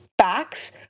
facts